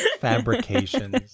Fabrications